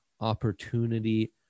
opportunity